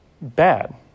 bad